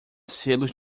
selos